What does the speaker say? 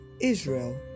Israel